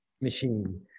machine